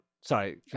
sorry